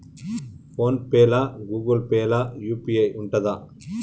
Phone pay లా Google Pay లా UPI ఉంటదా?